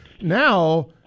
now